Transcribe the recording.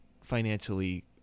financially